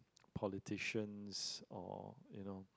politicians or you know